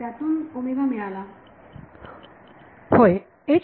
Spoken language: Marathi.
विद्यार्थी त्यातून मिळाला